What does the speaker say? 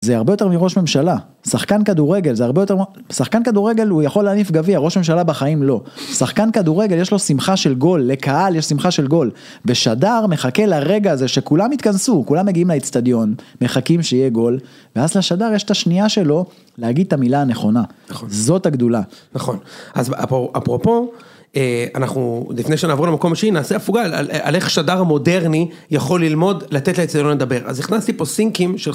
זה הרבה יותר מראש ממשלה, שחקן כדורגל הוא יכול להניף גביע, הראש ממשלה בחיים לא. שחקן כדורגל יש לו שמחה של גול, לקהל יש שמחה של גול. בשדר מחכה לרגע הזה שכולם יתכנסו, כולם מגיעים לאצטדיון, מחכים שיהיה גול, ואז לשדר יש את השנייה שלו להגיד את המילה הנכונה, זאת הגדולה. נכון, אז אפרופו, אנחנו, לפני שנעבור למקום שני, נעשה הפוגה על איך שדר מודרני יכול ללמוד, לתת לאצטדיון לדבר, אז הכנסתי פה סינקים של...